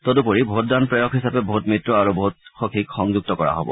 ইয়াৰ উপৰি ভোটদান প্ৰেৰক হিচাপে ভোট মিত্ৰ আৰু ভোট সখীক সংযুক্ত কৰা হব